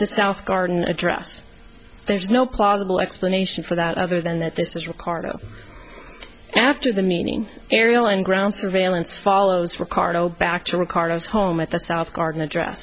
the south garden address there's no plausible explanation for that other than that this is ricardo after the meeting aerial and ground surveillance follows ricardo back to ricardo's home at the south garden address